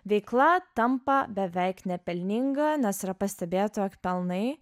veikla tampa beveik nepelninga nes yra pastebėta jog pelnai